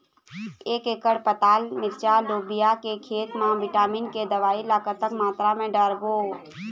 एक एकड़ पताल मिरचा लोबिया के खेत मा विटामिन के दवई ला कतक मात्रा म डारबो?